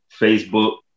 Facebook